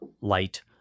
light